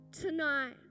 tonight